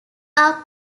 are